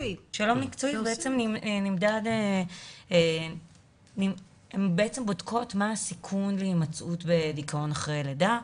מקצועי ובו הן בודקות מה הסיכון להימצאות בדיכאון לאחר לידה.